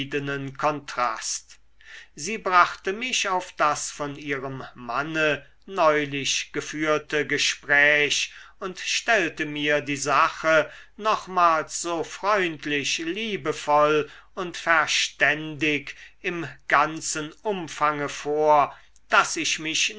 kontrast sie brachte mich auf das von ihrem manne neulich geführte gespräch und stellte mir die sache nochmals so freundlich liebevoll und verständig im ganzen umfange vor daß ich mich